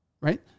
right